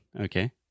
okay